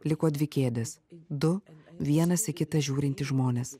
liko dvi kėdės du vienas į kitą žiūrintys žmonės